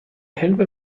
hilfe